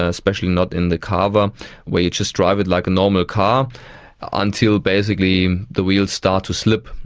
especially not in the carver where you just drive it like a normal car until basically the wheels start to slip,